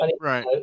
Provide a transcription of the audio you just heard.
right